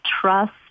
trust